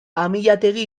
amillategi